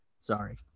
sorry